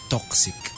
Toxic